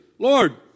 Lord